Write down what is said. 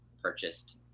purchased